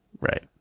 Right